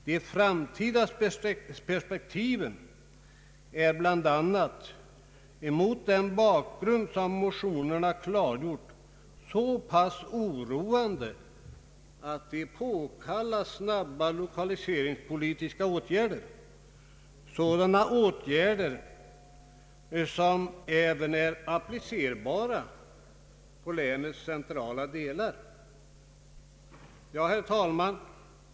De framtida perspektiven är bl.a. mot den bakgrund som motionerna klargjort så pass oroande att de påkallar snabba lokaliseringspolitiska åtgärder, sådana åtgärder som även är applicerbara på länets centrala delar. Herr talman!